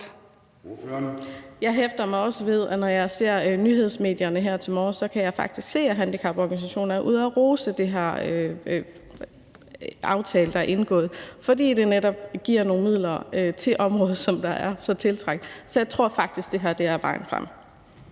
Jeg hæfter mig også ved, at da jeg så nyhedsmedierne her til morgen, kunne jeg faktisk se, at handicaporganisationer var ude at rose den her aftale, der er indgået, fordi den netop giver nogle midler til området, som er så tiltrængt. Så jeg tror faktisk, det her er vejen frem.